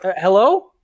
Hello